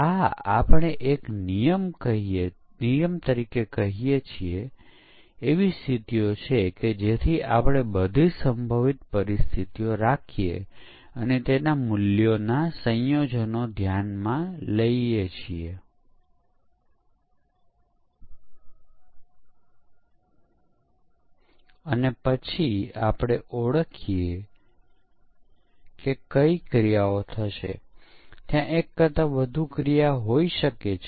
આ પ્રશ્નનો જવાબ આપવા માટે ખૂબ મુશ્કેલ નથી આપણે કહીએ છીએ કે 1000 એ પ્રારંભિક ભૂલો હતી અને જ્યારે પણ આપણે ફિલ્ટર લાગુ કરીએ ત્યારે 30 ટકા ટકી રહે છે